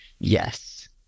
Yes